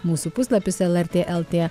mūsų puslapis lrt lt